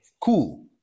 cool